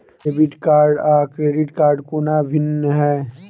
Debit card आ credit कोना भिन्न है?